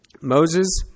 Moses